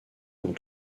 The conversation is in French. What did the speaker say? dans